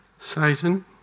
Satan